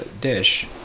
dish